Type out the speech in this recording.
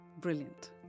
Brilliant